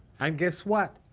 and guess what?